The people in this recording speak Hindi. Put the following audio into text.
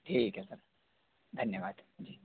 ठीक है सर धन्यवाद जी